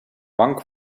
bank